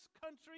country